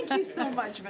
um so much. but